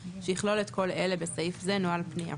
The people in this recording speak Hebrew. שיכלול את כל אלה (בסעיף זה - נוהל הפנייה):